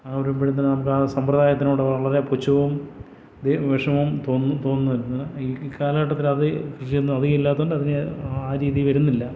ആ ഒരു ഇപ്പോഴത്തേന് നമുക്ക് സമ്പ്രദായത്തിനോട് വളരെ പുച്ഛവും വിഷമവും തോന്നുന്നു തോന്നുന്നുവെന്നതാണ് ഈ കാലഘട്ടത്തിൽ അത് കൃഷിയൊന്നും അധികം ഇല്ലാത്തതുകൊണ്ട് അതിന് ആ രീതി വരുന്നില്ല